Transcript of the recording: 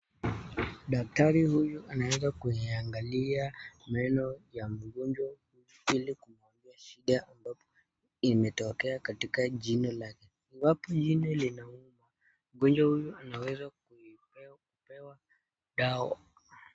Daktari huyu anaeza kuiangalia meno ya mgonjwa, ili kumwambia shida ambapo imetokea katika jino lake, iwapo jino linauma, mgonjwa huyu anaweza kuipewa, pewa dawa.